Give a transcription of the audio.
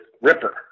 Ripper